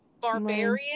Barbarian